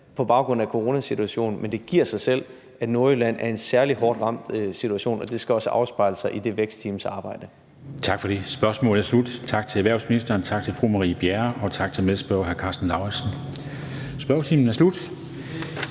på baggrund af coronasituationen. Men det giver sig selv, at Nordjylland er i en særlig hårdt ramt situation, og det skal også afspejle sig i det vækstteamsarbejde. Kl. 17:48 Formanden (Henrik Dam Kristensen): Tak for det. Spørgsmålet er slut. Tak til erhvervsministeren, tak til fru Marie Bjerre, og tak til medspørgeren, hr. Karsten Lauritzen. Spørgetiden er slut.